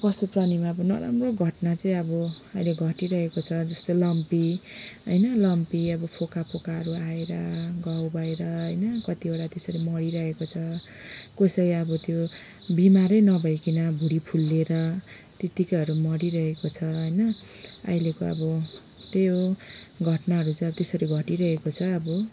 पशु प्राणीमा अब नराम्रो घटना चाहिँ अब अहिले घटिरहेको छ जस्तै लम्पी होइन लम्पी अब फोका फोकाहरू आएर घाउ भएर होइन कतिवटा त्यसरी मरिरहेको छ कसै अब त्यो बिमारै नभइकन भुँडी फुल्लिएर त्यतिकैहरू मरिरहेको छ होइन अहिलेको अब त्यही हो घटनाहरू चाहिँ अब त्यसरी घटिरहेको छ अब